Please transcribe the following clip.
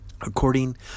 According